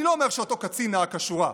אני לא אומר שאותו קצין נהג כשורה,